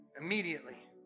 immediately